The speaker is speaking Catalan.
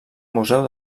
museu